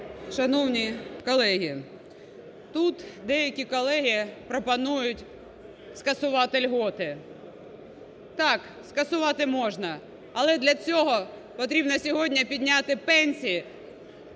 Шановні колеги! Тут деякі колеги пропонують скасувати льготы. Так, скасувати можна. Але для цього потрібно сьогодні підняти пенсії